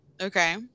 Okay